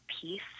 peace